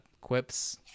quips